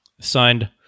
signed